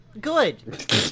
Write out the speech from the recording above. good